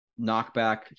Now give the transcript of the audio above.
knockback